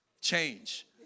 change